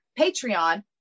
Patreon